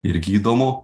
irgi įdomu